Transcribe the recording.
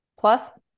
plus